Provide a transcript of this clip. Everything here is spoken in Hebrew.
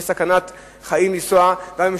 יש סכנת חיים בנסיעה בו.